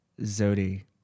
Zodi